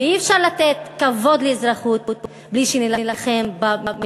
ואי-אפשר לתת כבוד לאזרחות בלי שנילחם במיליטריזם.